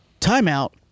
Timeout